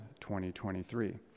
2023